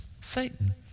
Satan